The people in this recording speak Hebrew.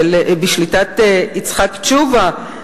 שהיא בשליטת יצחק תשובה,